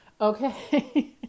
okay